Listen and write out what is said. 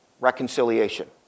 reconciliation